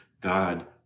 God